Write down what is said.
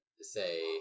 say